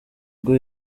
ubwo